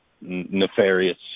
nefarious